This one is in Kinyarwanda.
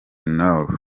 nord